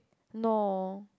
no